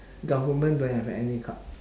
government don't have any cut